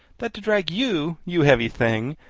that to drag you, you heavy thing,